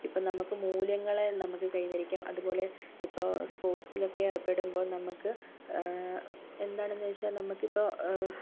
ഇപ്പോൾ നമുക്ക് മൂല്യങ്ങളെ നമുക്ക് കൈ വരിക്കാം അതുപോലെ ഇപ്പോൾ സ്പോർട്സിൽ ഒക്കെ ഏർപ്പെടുമ്പോൾ നമുക്ക് എന്താണ് എന്ന് വെച്ചാൽ നമുക്ക് ഇപ്പോൾ